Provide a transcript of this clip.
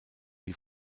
die